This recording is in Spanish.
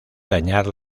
dañar